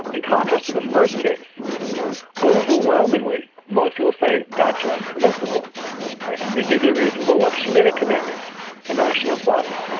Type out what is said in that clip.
in contrast to the first case overwhelmingly most people say that's less permissible' right? and they give you the reason well, look, she made a commitment and now she unplugs.